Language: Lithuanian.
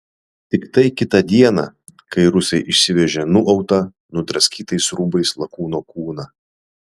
tiktai kitą dieną kai rusai išsivežė nuautą nudraskytais rūbais lakūno kūną